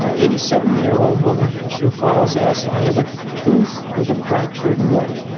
ah eighty seven year old woman from sioux falls asks, i have a tooth with a fracture root.